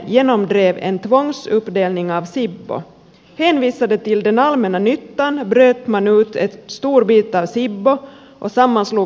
hänvisande till den allmänna nyttan bröt man ut en stor bit av sibbo och sammanslog den med helsingfors